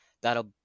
that'll